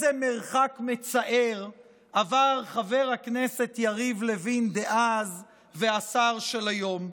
איזה מרחק מצער עבר חבר הכנסת יריב לוין דאז לשר של היום,